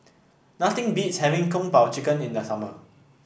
nothing beats having Kung Po Chicken in the summer